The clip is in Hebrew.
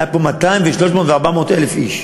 היו פה 200,000 ו-300,000 ו-400,000 איש,